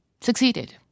succeeded